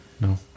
no